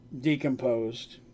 decomposed